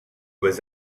was